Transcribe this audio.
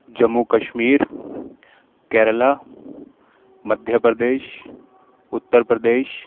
Jammu Kashmir Kerala Madhya Pradesh Uttar Pradesh